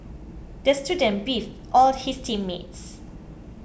the student beefed all his team mates